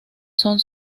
son